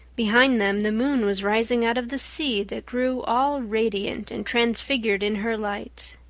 behind them the moon was rising out of the sea that grew all radiant and transfigured in her light.